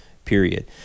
Period